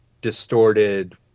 distorted